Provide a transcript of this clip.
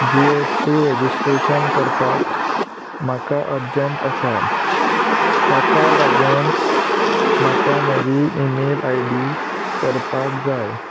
जी S T registration करपाक म्हाका अर्जंट आसा ताका लागून म्हाका नवी ईमेल आय डी करपाक जाय